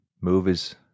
movies